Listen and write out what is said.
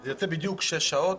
זה יוצא בדיוק שש שעות.